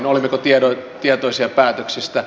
siitä olimmeko tietoisia päätöksistä